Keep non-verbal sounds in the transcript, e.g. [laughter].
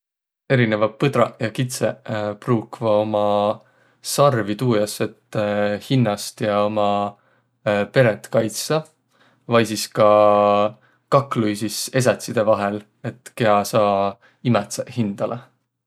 Erineväq põdraq ja kitsõq [hesitation] pruukvaq umma sarvi tuujaos, et [hesitation] hinnäst ja umma [hesitation] peret kaitsaq vai sis ka kakluisis esätside vahel, et kiä saa imädseq hindäle.